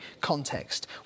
context